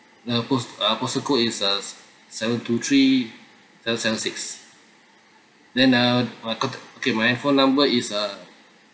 the post ~ uh postal code is uh seven two three seven seven six then uh my contact okay my hand phone number is uh